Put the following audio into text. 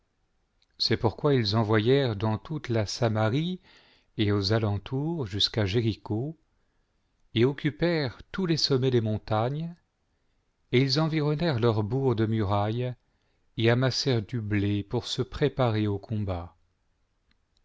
c'est pourquoi ils envoyèrent dans toute la samarie et aux alentours jusqu'à jéricho et occupèrent tous les sommets des montagnes et ils environnèrent leurs bourgs de murailles et amassèrent du blé pour se préparer au combat